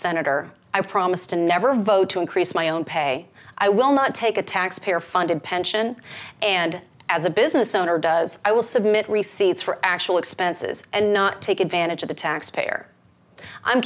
senator i promise to never vote to increase my own pay i will not take a taxpayer funded pension and as a business owner does i will submit receipts for actual expenses and not take advantage of the taxpayer i'm